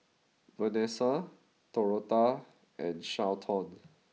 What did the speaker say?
Venessa Dorotha and Carleton